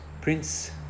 Prince